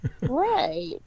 Right